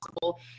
possible